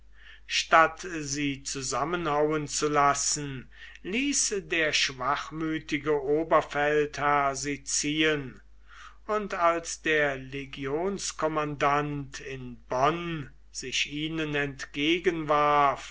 statt sie zusammenhauen zu lassen ließ der schwachmütige oberfeldherr sie ziehen und als der legionskommandant in bonn sich ihnen entgegenwarf